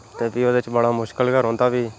क्योंकि ओह्दे बिच्च बड़ा मुश्कल गै रौंह्दा फ्ही